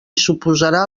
suposarà